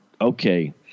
okay